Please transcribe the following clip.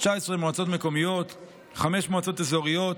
19 מועצות מקומיות וחמש מועצות אזוריות.